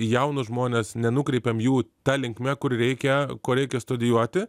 į jaunus žmones nenukreipiam jų ta linkme kur reikia ko reikia studijuoti